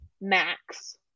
max